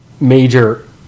major